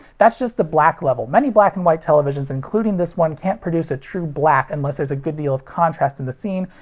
that's just the black level. many black and white televisions including this one can't produce a true black unless there's a good deal of contrast in the scene,